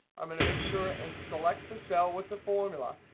i'm going to make sure and select the cell with the formula.